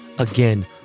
Again